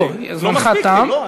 לא,